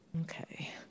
Okay